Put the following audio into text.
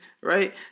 right